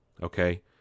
Okay